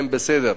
הן בסדר.